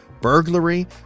burglary